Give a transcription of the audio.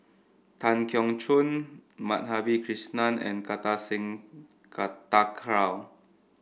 Tan Keong Choon Madhavi Krishnan and Kartar Singh Thakral